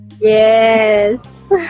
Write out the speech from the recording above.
Yes